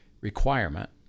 requirement